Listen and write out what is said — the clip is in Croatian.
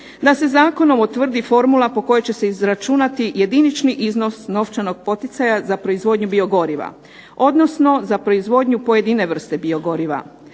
da se Zakonom utvrdi formula po kojoj će se izračunati jedinični iznos novčanog poticaja za proizvodnju biogoriva odnosno za proizvodnju pojedine vrste biogoriva